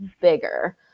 bigger